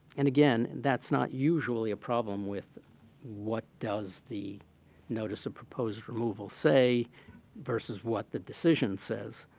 and again, that's not usually a problem with what does the notice of proposed removal say versus what the decision says.